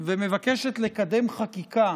ומבקשת לקדם חקיקה